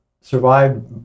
Survived